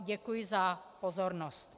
Děkuji vám za pozornost.